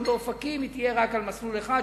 באופקים היא תהיה רק על מסלול אחד,